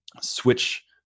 switch